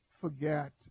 forget